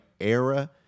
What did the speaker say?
era